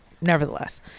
Nevertheless